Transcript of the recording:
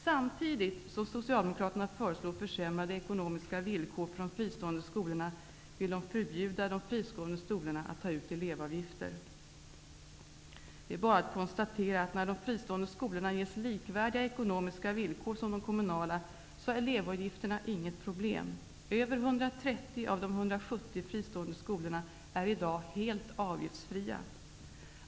Samtidigt som Socialdemokraterna föreslår försämrade ekonomiska villkor för de fristående skolorna vill de förbjuda de fristående skolorna att ta ut elevavgifter. Det är bara att konstatera att när de fristående skolorna ges likvärdiga ekonomiska villkor som de kommunala är elevavgifter inget problem. Över 130 av de 170 fristående skolorna är i dag helt avgiftsfria.